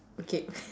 okay